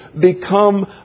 become